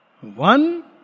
One